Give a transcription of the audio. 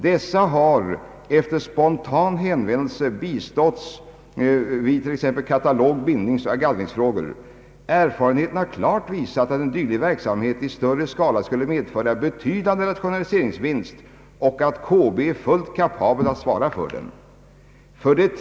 Dessa har efter spontan hänvändelse biståtts vid t.ex. katalog, bind ningsoch gallringsfrågor. Erfarenheten har klart visat att en dylik verksamhet i större skala skulle medföra en betydande rationaliseringsvinst och att KB är fullt kapabelt att svara för den. 3.